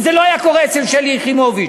וזה לא היה קורה אצל שלי יחימוביץ,